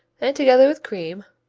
and, together with cream,